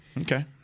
Okay